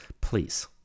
Please